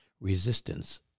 resistance